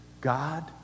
God